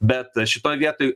bet šitoj vietoj